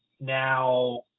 now